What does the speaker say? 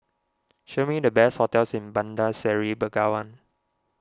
show me the best hotels in Bandar Seri Begawan